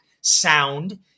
sound